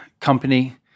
company